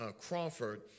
Crawford